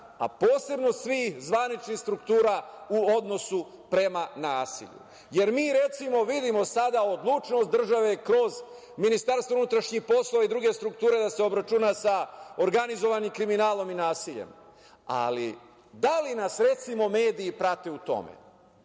a posebno svih zvaničnih struktura u odnosu prema nasilju. Recimo, mi vidimo sada odlučnost države, kroz Ministarstvo unutrašnjih poslova i druge strukture, da se obračuna sa organizovanim kriminalom i nasiljem. Ali, da li nas, recimo, mediji prate u tome?